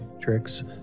tricks